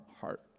heart